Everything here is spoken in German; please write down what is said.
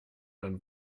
man